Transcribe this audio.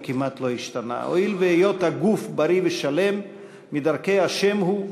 או כמעט לא השתנה: "הואיל והיות הגוף בריא ושלם מדרכי ה' הוא,